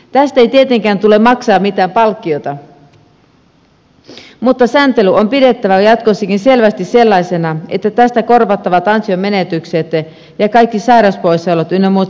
tästä ei tietenkään tule maksaa mitään palkkiota mutta sääntely on pidettävä jatkossakin selvästi sellaisena että tästä korvattavat ansionmenetykset ja kaikki sairauspoissaolot ynnä muuta sellaista